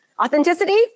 authenticity